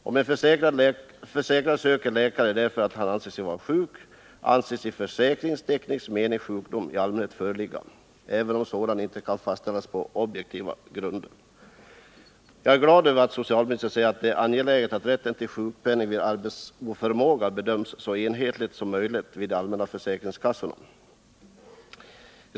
Om en försäkrad söker läkare därför att han anser sig vara sjuk, anses i försäkringsteknisk mening sjukdom i allmänhet föreligga, även om sådan inte kan fastställas på objektiva grunder.” Jag är glad över att socialministern säger att det är angeläget att rätten till sjukpenning vid arbetsoförmåga bedöms så enhetligt som möjligt av de allmänna försäkringskassorna.